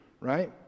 right